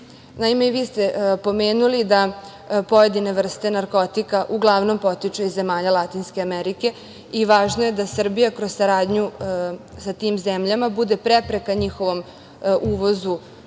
Evropu. Naime, i vi ste pomenuli da pojedine vrste narkotika uglavnom potiču iz zemalja Latinske Amerike i važno je da Srbija kroz saradnju sa tim zemljama budu prepreka njihovom uvozu u Srbiju,